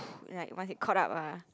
like once it caught up ah